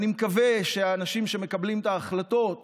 אני מקווה שהאנשים שמקבלים את ההחלטות